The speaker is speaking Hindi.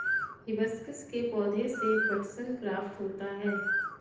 हिबिस्कस के पौधे से पटसन प्राप्त होता है